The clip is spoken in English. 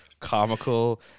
Comical